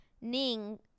Ning